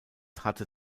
hatte